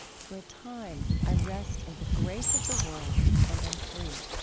for a time i rest in the grace of the world and am free.